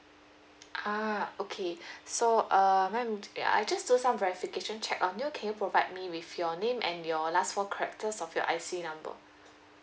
ah okay so uh ma'am I just do some verification check on you can you provide me with your name and your last four characters of your I_C number